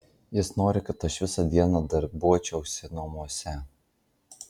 jis nori kad aš visą dieną darbuočiausi namuose